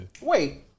wait